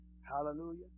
Hallelujah